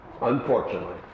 Unfortunately